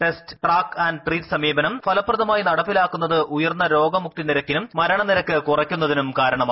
പ്ടെസ്റ്റ് track and treat സമീപനം ഫലപ്രദമായി നടപ്പിലുക്കുന്നത് ഉയർന്ന രോഗമുക്തി നിരക്കിനും മരണനിരക്ക് കുറിയ്ക്കുന്നതിനും കാരണമായി